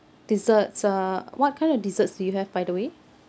desserts uh what kind of desserts do you have by the way